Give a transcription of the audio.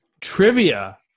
trivia